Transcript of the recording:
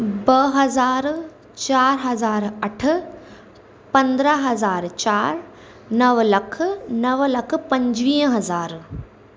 ॿ हज़ार चारि हज़ार अठ पंद्रहं हज़ार चारि नव लख नव लख पंजुवीह हज़ार